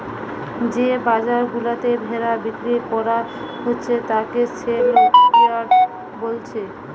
যে বাজার গুলাতে ভেড়া বিক্রি কোরা হচ্ছে তাকে সেলইয়ার্ড বোলছে